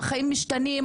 החיים משתנים.